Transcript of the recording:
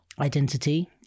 Identity